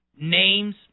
names